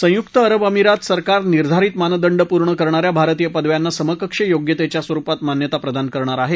संयुक्त अरब अमिरात सरकार निर्धारित मानदंड पूर्ण करणाऱ्या भारतीय पदव्यांना समकक्ष योग्यतेच्या स्वरुपात मान्यता प्रदान करणार आहे